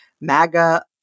MAGA